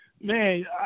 Man